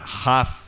half।